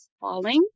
falling